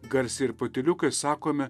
garsiai ir patyliukais sakome